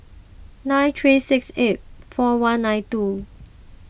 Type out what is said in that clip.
nine three six eight four one nine two